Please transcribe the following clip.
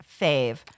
fave